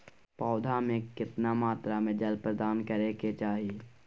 पौधा में केतना मात्रा में जल प्रदान करै के चाही?